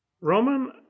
Roman